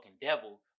devil